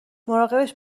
مراقبش